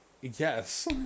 Yes